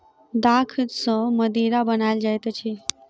दाख सॅ मदिरा बनायल जाइत अछि